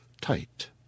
tight